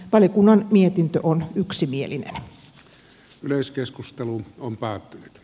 valiokunnan mietintö on päät